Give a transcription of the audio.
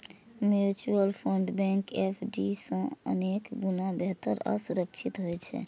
mutual fund bank FD सं अनेक गुणा बेहतर आ सुरक्षित होइ छै